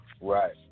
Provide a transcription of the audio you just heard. Right